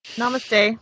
Namaste